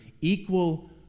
equal